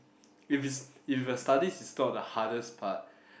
if is if the studies is not the hardest part